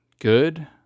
good